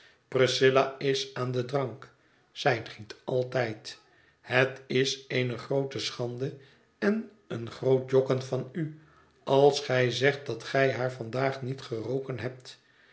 priscilla is aan den drank zij drinkt altijd het is eene groote schande en een groote jokken van u als gij zegt dat gij haar vandaag niet geroken hebt